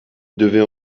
devait